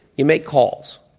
you make calls.